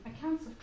accounts